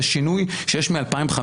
בשינוי שיש מ-2015,